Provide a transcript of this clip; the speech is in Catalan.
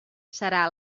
serà